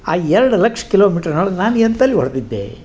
ಆ ಎರಡು ಲಕ್ಷ ಕಿಲೋಮೀಟ್ರ್ನೊಳಗೆ ನಾನು ಎಂತೆಲ್ಲ ಹೊಡೆದಿದ್ದೆ